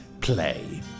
play